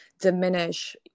diminish